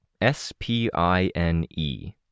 S-P-I-N-E